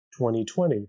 2020